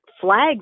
flags